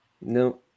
no